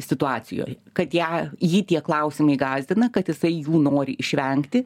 situacijoj kad ją jį tie klausimai gąsdina kad jisai jų nori išvengti